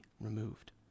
removed